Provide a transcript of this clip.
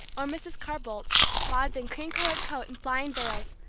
or mrs. carr-bolt, swathed in cream-colored coat and flying veils,